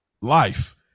life